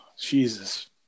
Jesus